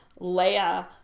leia